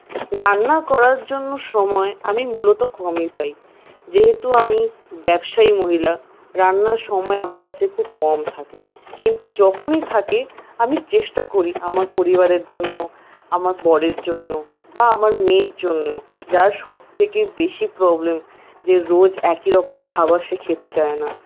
রান্না করার জন্য সময় আমি মূলত কমই পাই যেহেতু আমি ব্যবসায়ী মহিলা রান্নার সময় আমার কাছে খুব কম থাকে কিন্তু যখনই থাকেন আমি চেষ্টা করি আমার পরিবারের জন্য আমার বরের জন্য বা আমার মেয়ের জন্য যার সব থেকে বেশি প্রবলেম যে রোজ একই রকমের খাবার সে খেতে চায় না